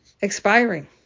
expiring